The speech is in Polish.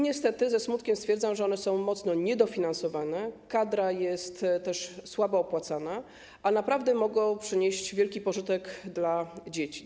Niestety ze smutkiem stwierdzam, że są one mocno niedofinansowane, kadra jest też słabo opłacana, a naprawdę mogą przecież przynieść wielki pożytek dla dzieci.